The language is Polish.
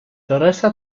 teresa